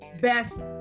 best